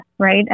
right